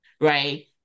right